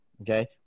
okay